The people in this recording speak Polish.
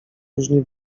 różni